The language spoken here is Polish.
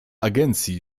agencji